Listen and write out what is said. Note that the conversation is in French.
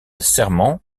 serment